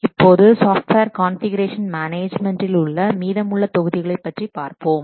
இப்போது software configuration மேனேஜ்மென்டில் உள்ள மீதமுள்ள தொகுதிகளைப் பற்றி பார்ப்போம்